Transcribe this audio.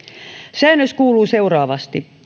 säännös kuuluu seuraavasti